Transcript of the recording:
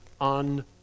on